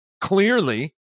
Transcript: clearly